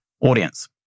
audience